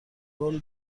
رول